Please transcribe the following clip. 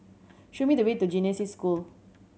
show me the way to Genesis School